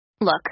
Look